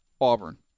Auburn